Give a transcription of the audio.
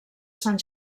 sant